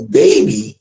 baby